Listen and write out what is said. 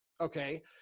Okay